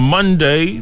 Monday